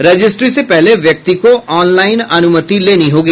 registry से पहले व्यक्ति को ऑनलाईन अनुमति लेनी होगी